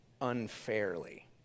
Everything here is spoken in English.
unfairly